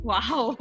Wow